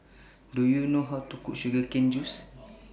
Do YOU know How to Cook Sugar Cane Juice